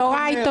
יוראי,